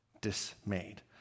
dismayed